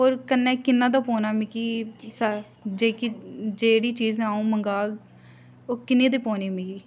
होर कन्नै किन्ने दा पौना मिगी जेह्की जेह्ड़ी चीज़ अ'ऊं मंगाग ओह् किन्ने दे पौने मिगी